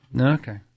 Okay